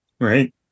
right